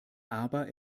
aber